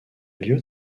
lieu